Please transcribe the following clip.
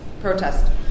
protest